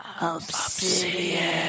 Obsidian